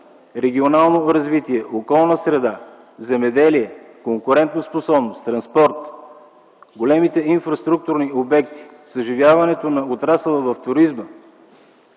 „Регионално развитие”, „Околна среда”, „Земеделие”, „Конкурентоспособност”, „Транспорт”, големите инфраструктурни обекти, съживяването на отрасъл туризъм